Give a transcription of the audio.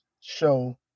show